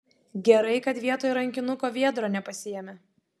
gerai kad vietoj rankinuko viedro nepasiėmė